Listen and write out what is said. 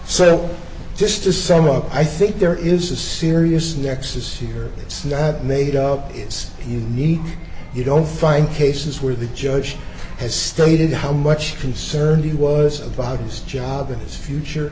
so just to sum up i think there is a serious nexus here it's that made up its unique you don't find cases where the judge has stated how much concerned he was about his job and his future